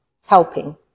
helping